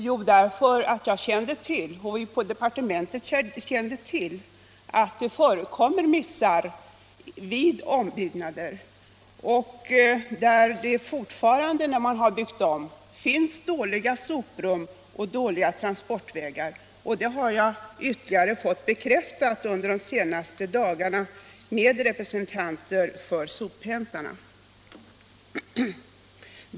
Jo, därför att vi på departementet kände till att det förekommer missar vid ombyggnad och att det fortfarande — när man har byggt om -— finns dåliga soprum och dåliga transportvägar. Det har jag ytterligare fått bekräftat under de senaste dagarna av representanter för sophämtarna.